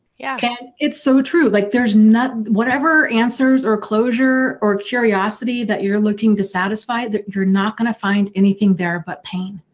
yeah and it's so true, like there's not. whatever answers or closure or curiosity that you're looking to satisfy that you're not gonna find anything there but pain.